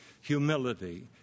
humility